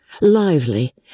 lively